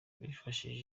bifashisha